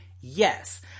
yes